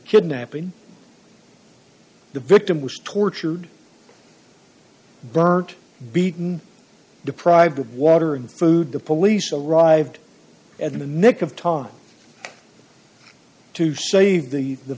kidnapping the victim was tortured burnt beaten deprived of water and food the police arrived at the nick of time to save the the